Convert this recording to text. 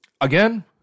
Again